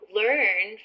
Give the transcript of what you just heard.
learn